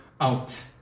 out